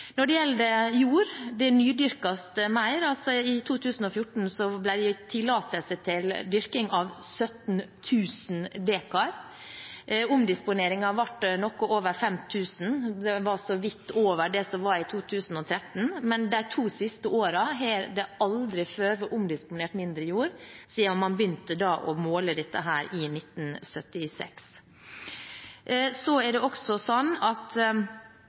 Når det gjelder jord: Det nydyrkes mer. I 2014 ble det gitt tillatelse til dyrking av 17 000 dekar. Omdisponeringen ble noe over 5 000, det var så vidt over det som var i 2013. Men siden man begynte å måle dette, i 1976, har det aldri før vært omdisponert mindre jord enn i de to siste årene. Når det gjelder hvor mange som har gått ut av næringen: Det ble spådd at